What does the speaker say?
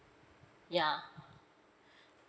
yeah